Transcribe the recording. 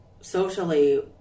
socially